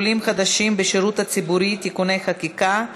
עולים חדשים בשירות הציבורי (תיקוני חקיקה),